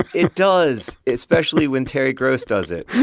it does, especially when terry gross does it